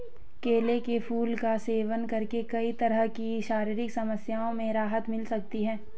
केले के फूल का सेवन करके कई तरह की शारीरिक समस्याओं से राहत मिल सकती है